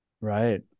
Right